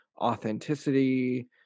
authenticity